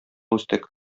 үстек